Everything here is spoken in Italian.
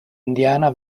indiana